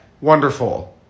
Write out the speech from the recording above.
Wonderful